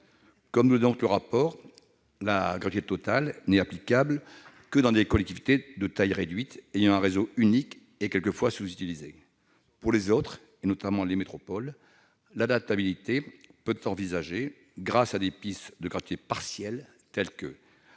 nous le démontre le rapport, la gratuité totale n'est applicable que dans des collectivités de taille réduite, ayant un réseau unique et sous-utilisé. Pour les autres, notamment les métropoles, l'adaptabilité peut être envisagée grâce à certaines mesures de gratuité partielle, telles que